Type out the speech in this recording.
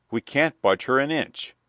we can't budge her an inch.